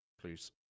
please